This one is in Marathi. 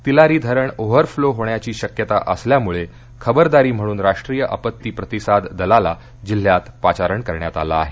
तिलारी धरण ओव्हर फ्लो होण्याची शक्यता असल्यामुळे खबरदारी म्हणून राष्ट्रीय आपत्ती प्रतिसाद दलाला जिल्ह्यात पाचारण करण्यात आलं आहे